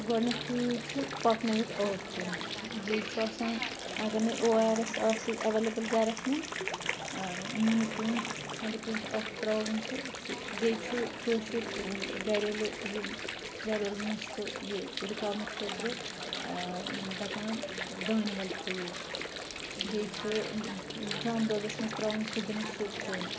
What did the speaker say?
گۄڈنٮ۪تھٕے چھُ پَکنٲوِتھ آب چیوٚن بیٚیہِ چھُ آسان اگر نے او آر ایٮس آسہِ اویلیبٕل گَرَس منٛز نُنہٕ پیوٗنٛت کھَنڈٕ پیوٗنٛت اَکھ ترٛاوُن تہٕ سُہ بیٚیہِ چھُ کٲشُر گَریلو یِم گَریلو نسکہٕ یہِ رُکاونہٕ خٲطرٕ دَپان دانہِ وَل کھیِٚو بیٚیہِ چھِ زامہٕ دۄدَس منٛز ترٛاوُن قُدر سُہ کھیوٚن